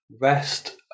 rest